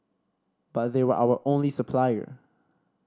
but they were our only supplier